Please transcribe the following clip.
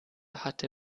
hatte